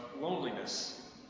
loneliness